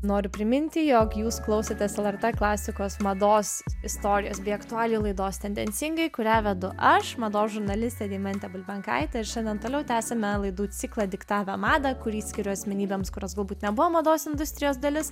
noriu priminti jog jūs klausotės lrt klasikos mados istorijos bei aktualijų laidos tendencingai kurią vedu aš mados žurnalistė deimantė bulbenkaitė ir šiandien toliau tęsiame laidų ciklą diktavę madą kurį skiriu asmenybėms kurios galbūt nebuvo mados industrijos dalis